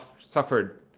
suffered